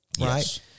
right